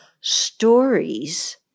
stories